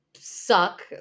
suck